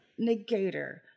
negator